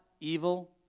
evil